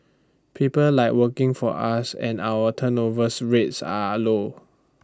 people like working for us and our turnovers rates are low